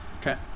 Okay